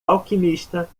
alquimista